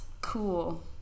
Cool